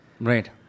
Right